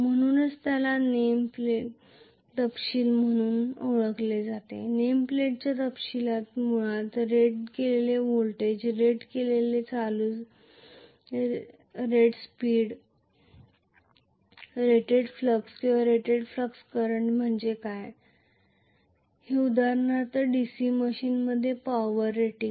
म्हणूनच त्याला name plate तपशील म्हणून ओळखले जाते नेम प्लेटच्या तपशीलात मुळात रेट केलेले व्होल्टेज रेट केलेले current rate speed rated flux किंवा रेटेड फील्ड करंट म्हणजे काय आहे उदाहरणार्थ DC मशीनमध्ये पॉवर रेटिंग